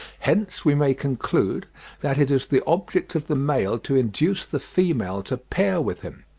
hence we may conclude that it is the object of the male to induce the female to pair with him,